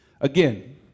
Again